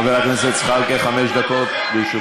חבר הכנסת זחאלקה, חמש דקות לרשותך.